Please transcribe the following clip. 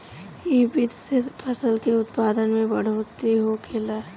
इ विधि से फसल के उत्पादन में बढ़ोतरी होखेला